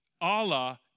Allah